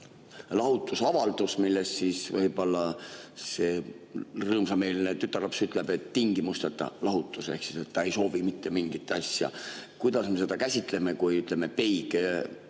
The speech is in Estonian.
lahutusavaldus, milles võib-olla see rõõmsameelne tütarlaps ütleb, et tingimusteta lahutus ehk ta ei soovi mitte mingit asja, kuidas me seda käsitleme, kui nad viibivad